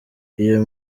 iyo